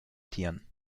tieren